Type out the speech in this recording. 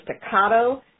staccato